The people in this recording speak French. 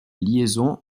liaison